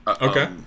Okay